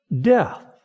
death